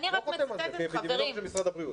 לא חותם על זה כאפידמיולוג של משרד הבריאות.